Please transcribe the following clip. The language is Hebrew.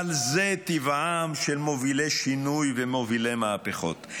אבל זה טבעם של מובילי שינוי ומובילי מהפכות,